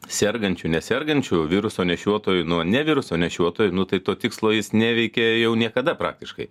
sergančių nesergančių viruso nešiotojų nuo ne viruso nešiotojų nu tai to tikslo jis neveikė jau niekada praktiškai